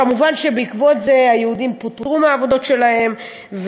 כמובן, בעקבות זה יהודים פוטרו מהעבודות שלהם.